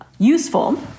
useful